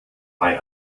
bei